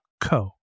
co